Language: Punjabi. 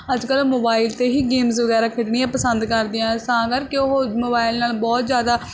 ਅੱਜ ਕੱਲ੍ਹ ਮੋਬਾਈਲ 'ਤੇ ਹੀ ਗੇਮਸ ਵਗੈਰਾ ਖੇਡਣੀਆਂ ਪਸੰਦ ਕਰਦੇ ਆ ਤਾਂ ਕਰਕੇ ਉਹ ਮੋਬਾਈਲ ਨਾਲ ਬਹੁਤ ਜ਼ਿਆਦਾ